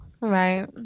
Right